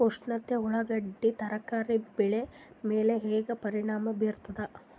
ಉಷ್ಣತೆ ಉಳ್ಳಾಗಡ್ಡಿ ತರಕಾರಿ ಬೆಳೆ ಮೇಲೆ ಹೇಂಗ ಪರಿಣಾಮ ಬೀರತದ?